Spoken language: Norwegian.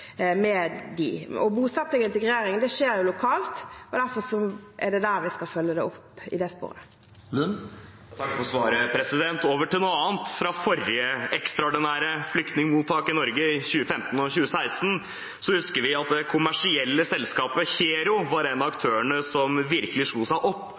opp, i det sporet. Jeg takker for svaret. Over til noe annet: Fra forrige ekstraordinære flyktningmottak i Norge, i 2015 og 2016, husker vi at det kommersielle selskapet Hero var en av aktørene som virkelig slo seg opp